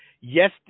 Yes